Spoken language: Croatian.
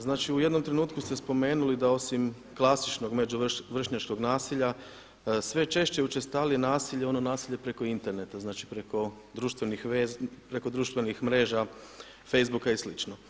Znači u jednom trenutku ste spomenuli da osim klasičnog među vršnjačkog nasilja sve češće i učestalije nasilje je ono nasilje preko interneta, znači preko društvenih mreža, Facebooka i slično.